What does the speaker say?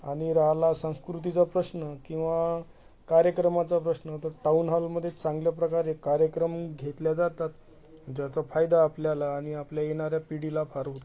आणि राहिला संस्कृतीचा प्रश्न किंवा कार्यक्रमाचा प्रश्न तर टाऊन हॉलमध्ये चांगल्या प्रकारे कार्यक्रम घेतले जातात ज्याचा फायदा आपल्याला आणि आपल्या येणाऱ्या पिढीला फार होतो